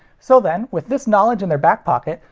so then, with this knowledge in their back pocket,